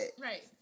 right